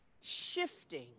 shifting